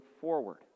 forward